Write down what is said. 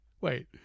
Wait